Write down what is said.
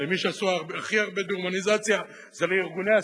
למי שהכי עשו דמוניזציה זה לארגוני השמאל.